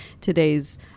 today's